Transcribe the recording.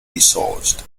resourced